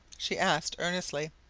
she asked earnestly.